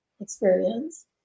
experience